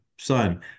son